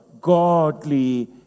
godly